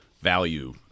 value